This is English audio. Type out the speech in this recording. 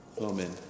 Amen